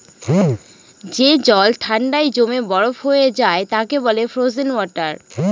যে জল ঠান্ডায় জমে বরফ হয়ে যায় তাকে বলে ফ্রোজেন ওয়াটার